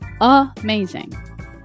amazing